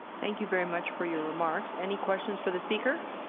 thank you very much for your remarks. any questions for the speaker?